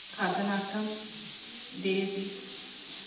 खादनार्थं दीयन्ते